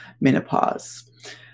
menopause